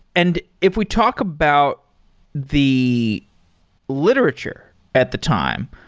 and if we talk about the literature at the time,